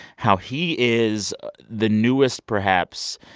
how he is the newest, perhaps,